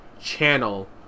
channel